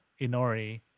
Inori